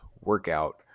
workout